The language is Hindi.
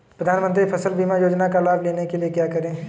प्रधानमंत्री फसल बीमा योजना का लाभ लेने के लिए क्या करें?